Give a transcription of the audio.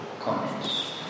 comments